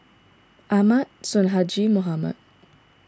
Ahmad Sonhadji Mohamad